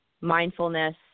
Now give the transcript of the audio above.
mindfulness